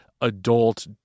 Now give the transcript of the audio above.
adult